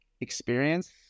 experience